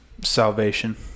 salvation